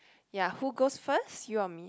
yea who go first you or me